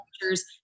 cultures